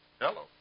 Hello